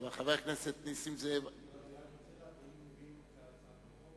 האם מצביעים על הצעת החוק?